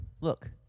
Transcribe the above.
look